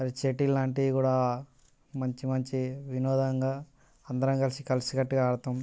అవి షటిల్ లాంటివి కూడా మంచి మంచి వినోదంగా అందరం కలిసికట్టుగా ఆడతాం